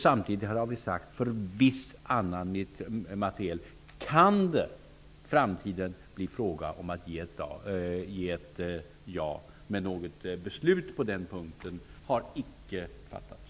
Samtidigt har vi sagt att det för viss annan materiel i framtiden kan bli fråga om att säga ja. Men något beslut har icke fattats på den punkten.